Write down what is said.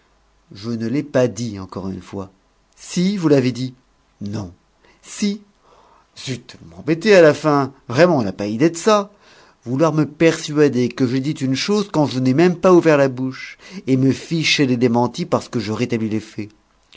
je ne l'ai pas dit encore une fois si vous l'avez dit non si zut vous m'embêtez à la fin vraiment on n'a pas idée de ça vouloir me persuader que j'ai dit une chose quand je n'ai même pas ouvert la bouche et me ficher des démentis parce que je rétablis les faits